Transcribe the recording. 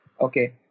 Okay